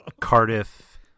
Cardiff